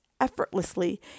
effortlessly